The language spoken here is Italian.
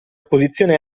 posizione